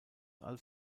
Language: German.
als